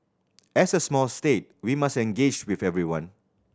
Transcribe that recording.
as a small state we must engage with everyone